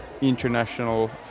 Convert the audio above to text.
international